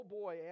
boy